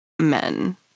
men